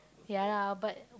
ya lah but